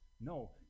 No